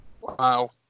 Wow